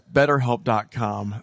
BetterHelp.com